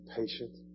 patient